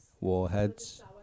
Warheads